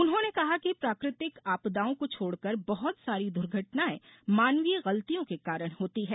उन्होंने कहा कि प्राकृतिक आपदाओं को छोड़कर बहत सारी द्र्घटनाएं मानवीय गलतियों के कारण होती हैं